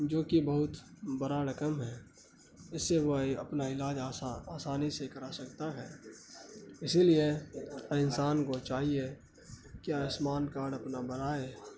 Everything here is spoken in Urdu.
جوکہ بہت برا رقم ہے اس سے وہ اپنا علاج آسانی سے کرا سکتا ہے اسی لیے ہر انسان کو چاہیے کہ آیوسمان کارڈ اپنا بنائے